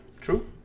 true